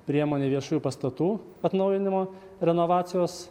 priemonė viešųjų pastatų atnaujinimo renovacijos